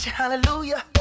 Hallelujah